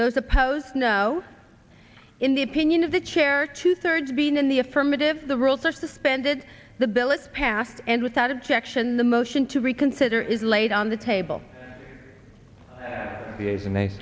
those opposed no in the opinion of the chair two thirds being in the affirmative the rules are suspended the bill is passed and without objection the motion to reconsider is laid on the table and they